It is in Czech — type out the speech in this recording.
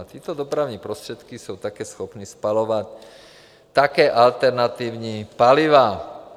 Tyto dopravní prostředky jsou také schopny spalovat také alternativní paliva.